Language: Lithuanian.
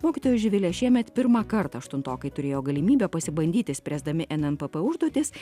mokytoja živile šiemet pirmą kartą aštuntokai turėjo galimybę pasibandyti spręsdami nmpp užduotis